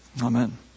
Amen